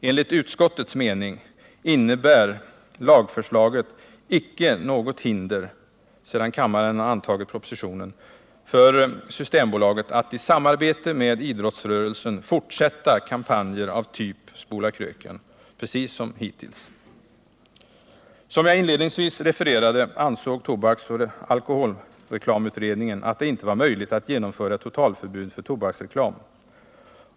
Enligt utskottets mening innebär lagförslaget icke något hinder Nr 33 - sedan kammaren har antagit propositionen — för Systembolaget att i samarbete med idrottsrörelsen fortsätta med kampanjer av typ ”Spola kröken” — precis som hittills. Som jag inledningsvis refererade, ansåg tobaksoch alkoholreklamutredningen att det inte var möjligt att genomföra ett totalförbud för tobaksreklam.